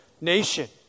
nation